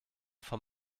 vom